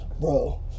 bro